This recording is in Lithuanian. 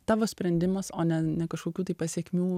tavo sprendimas o ne ne kažkokių tai pasekmių